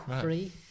Free